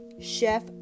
chef